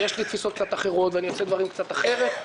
יש לי תפיסות קצת אחרות ואני עושה דברים קצת אחרת,